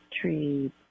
tree